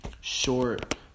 short